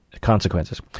consequences